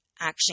action